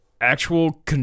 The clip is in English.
Actual